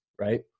Right